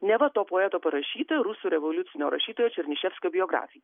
neva to poeto parašyta rusų revoliucinio rašytojo černyševskio biografi